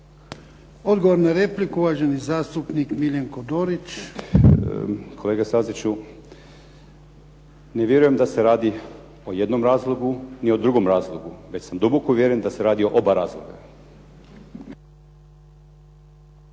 Odgovor na repliku, uvaženi zastupnik Miljenko Dorić. **Dorić, Miljenko (HNS)** Kolega Staziću, ne vjerujem da se radi ni o jednom ni o drugom razlogu, već sam duboko uvjeren da se radi o oba razloga.